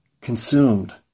consumed